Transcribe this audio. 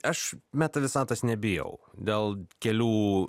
aš meta visatos nebijau dėl kelių